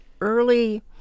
early